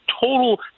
total